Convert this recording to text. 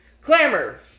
Clamor